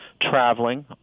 traveling